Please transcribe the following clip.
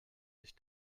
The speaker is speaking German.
sich